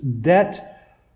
debt